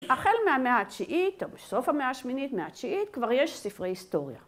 החל מהמאה התשיעית, או בסוף המאה השמינית, מאה התשיעית, כבר יש ספרי היסטוריה.